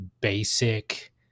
basic